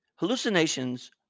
Hallucinations